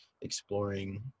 exploring